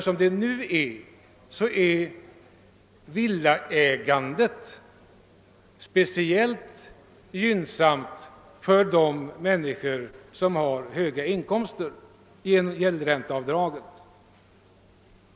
Med nuvarande ordning är villaägandet på grund av gäldränteavdraget speciellt gynnsamt för de människor som har höga inkomster.